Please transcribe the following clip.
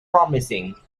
promising